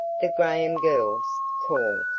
the graham girls call.